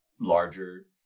larger